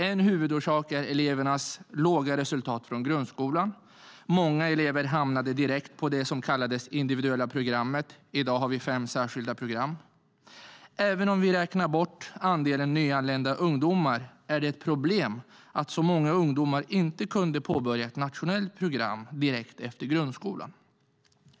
En huvudorsak är elevernas låga resultat från grundskolan. Många elever hamnade direkt på det som kallades individuella programmet. I dag har vi fem särskilda program. Även om vi räknar bort andelen nyanlända ungdomar är det ett problem att så många ungdomar inte kunde påbörja ett nationellt program direkt efter grundskolan.